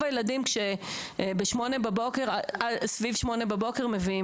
את רוב הילדים מביאים סביב השעה 08:00 בבוקר.